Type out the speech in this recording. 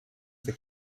for